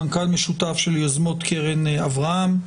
מנכ"ל משותף של יוזמות קרן אברהם.